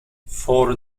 for